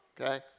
okay